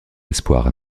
espoir